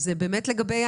לגבי